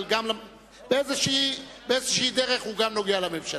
אבל בדרך כלשהי הוא נוגע גם לממשלה.